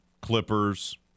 Clippers